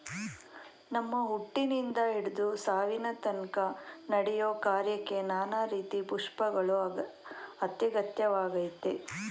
ನಮ್ಮ ಹುಟ್ಟಿನಿಂದ ಹಿಡ್ದು ಸಾವಿನತನ್ಕ ನಡೆಯೋ ಕಾರ್ಯಕ್ಕೆ ನಾನಾ ರೀತಿ ಪುಷ್ಪಗಳು ಅತ್ಯಗತ್ಯವಾಗಯ್ತೆ